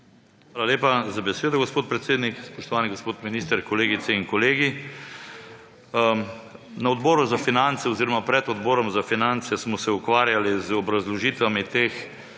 Hvala lepa za besedo, gospod predsednik. Spoštovani gospod minister, kolegice in kolegi! Na Odboru za finance oziroma pred Odborom za finance smo se ukvarjali z obrazložitvami teh